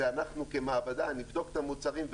שאנחנו כמעבדה נבדוק את המוצרים,